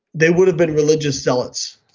they would have been religious zealots.